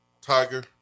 Tiger